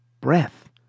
breath